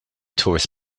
tourists